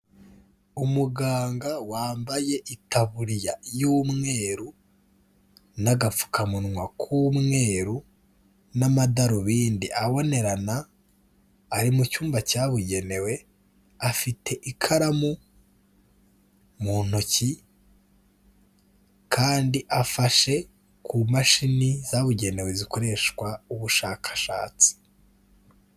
Umuganga wambaye itaburiya y'umweru n'agapfukamunwa k'umweru n'amadarubindi abonerana, ari mu cyumba cyabugenewe, afite ikaramu mu ntoki kandi afashe ku mashini zabugenewe zikoreshwa ubushakashatsi.